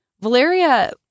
Valeria